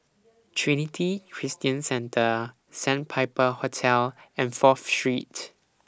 Trinity Christian Centre Sandpiper Hotel and Fourth Street